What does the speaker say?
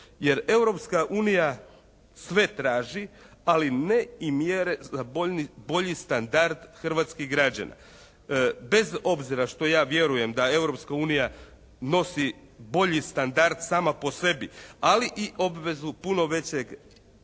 unija sve traži ali ne i mjere za bolji standard hrvatskih građana. Bez obzira što ja vjerujem da Europska unija nosi bolji standard sama po sebi, ali i obvezu puno većeg